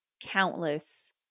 countless